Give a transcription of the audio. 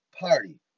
Party